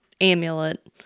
amulet